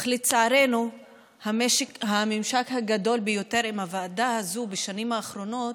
אך לצערנו הממשק הגדול ביותר עם הוועדה הזאת בשנים האחרונות